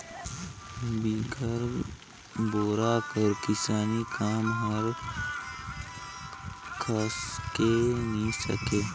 बिगर बोरा कर किसानी काम हर खसके नी सके